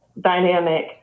dynamic